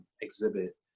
exhibit